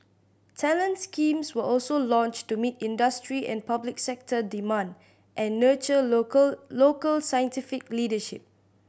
talent schemes were also launched to meet industry and public sector demand and nurture local local scientific leadership